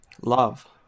love